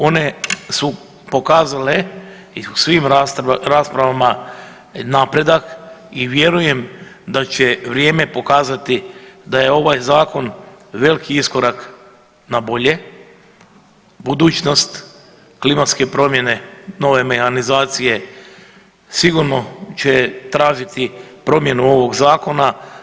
One su pokazale i u svim raspravama napredak i vjerujem da će vrijeme pokazati da je ovaj zakon veliki iskorak na bolje, budućnost, klimatske promjene, nove mehanizacije sigurno će tražiti promjenu ovog zakona.